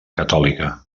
catòlica